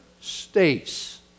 states